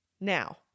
Now